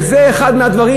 וזה אחד מהדברים,